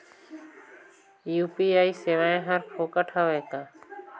UPI सेवाएं हर फोकट हवय का?